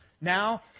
Now